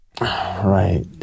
Right